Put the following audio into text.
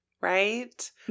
Right